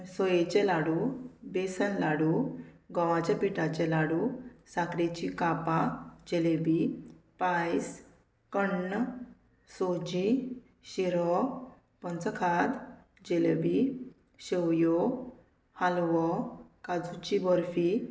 सोयेचे लाडू बेसन लाडू गोवाचे पिठाचे लाडू साकरेची कापां जलेबी पायस कण्ण सोजी शिरो पंचखाद जलेबी शेवयो हालवो काजूची बर्फी